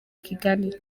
kigali